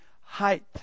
height